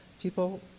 people